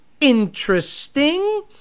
Interesting